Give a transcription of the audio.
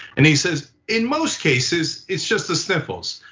and he says, in most cases it's just the sniffles.